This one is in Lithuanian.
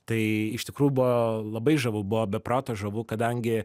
tai iš tikrųjų buvo labai žavu buvo be proto žavu kadangi